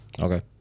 Okay